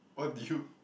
what do you